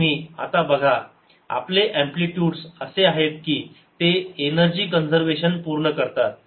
तर तुम्ही आता बघा आपले अँप्लिटयुडस असे आहेत की ते एनर्जी कंजर्वेशन पूर्ण करतात